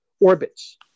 orbits